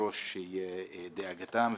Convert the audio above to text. ברש דאגתם.